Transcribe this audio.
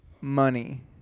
money